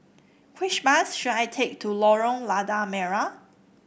which bus should I take to Lorong Lada Merah